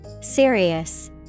Serious